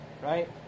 Right